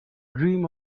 dream